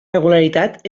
regularitat